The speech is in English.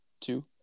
two